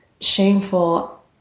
shameful